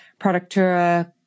Productura